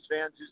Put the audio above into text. fans